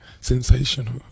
Sensational